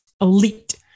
Elite